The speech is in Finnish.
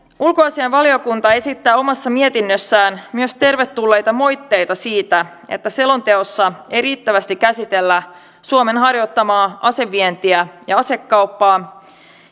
ulkoasiainvaliokunta esittää omassa mietinnössään myös tervetulleita moitteita siitä että selonteossa ei riittävästi käsitellä suomen harjoittamaa asevientiä ja asekauppaa